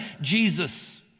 Jesus